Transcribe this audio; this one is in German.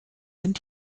sind